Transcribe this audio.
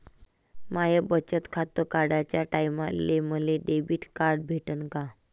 माय बचत खातं काढाच्या टायमाले मले डेबिट कार्ड भेटन का?